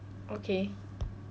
okay